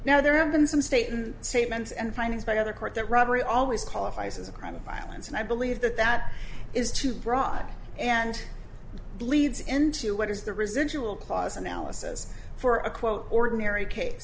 now there have been some state and statements and findings by other court that robbery always qualifies as a crime of violence and i believe that that is too broad and bleeds into what is the residual clause analysis for a quote ordinary case